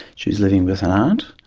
she is living with her aunt.